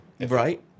Right